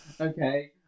Okay